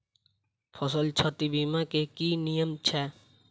फसल क्षति बीमा केँ की नियम छै?